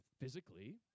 physically